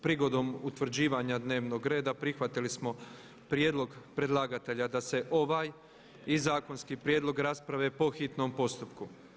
Prigodom utvrđivanja dnevnog reda prihvatili smo prijedlog predlagatelja da se ovaj i zakonski prijedlog rasprave po hitnom postupku.